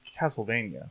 Castlevania